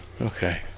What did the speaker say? Okay